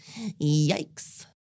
Yikes